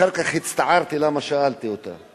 אחר כך הצטערתי ששאלתי אותה.